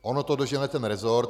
Ono to dožene ten resort.